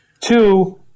Two